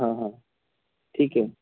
हां हां ठीक आहे